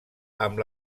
amb